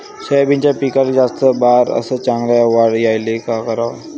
सोयाबीनच्या पिकाले जास्त बार अस चांगल्या वाढ यायले का कराव?